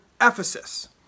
Ephesus